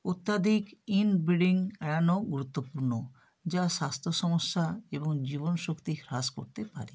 অত্যাধিক inbreeding এড়ানো গুরুত্বপূর্ণ যা স্বাস্থ্য সমস্যা এবং জীবনশক্তি হ্রাস করতে পারে